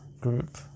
group